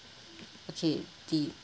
okay the